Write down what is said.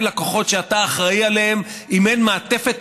אין לכוחות שאתה אחראי להם אם אין מעטפת